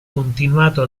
continuato